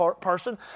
person